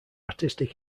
artistic